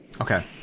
Okay